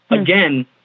again